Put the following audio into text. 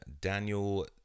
Daniel